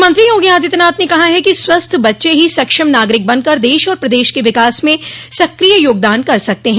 मुख्यमंत्री योगी आदित्यनाथ ने कहा है कि स्वस्थ्य बच्चे ही सक्षम नागरिक बनकर देश और प्रदेश के विकास में सक्रिय योगदान कर सकते हैं